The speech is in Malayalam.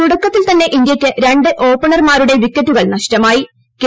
തുടക്കത്തിൽ തന്നെ ഇന്ത്യയ്ക്ക് രണ്ട് ഓപ്പണർമാരുടെ വിക്കറ്റുകൾ നഷ്ടമായി കെ